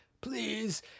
Please